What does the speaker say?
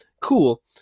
Cool